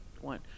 one